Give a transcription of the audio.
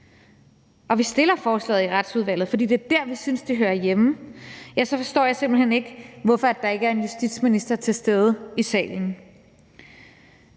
og vi fremsætter forslaget i Retsudvalget, fordi det er der, vi synes, det hører hjemme, så forstår jeg simpelt hen ikke, hvorfor der ikke er en justitsminister til stede i salen.